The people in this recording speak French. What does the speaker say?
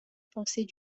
pensée